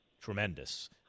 tremendous